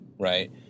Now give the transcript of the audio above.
right